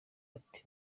ati